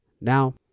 Now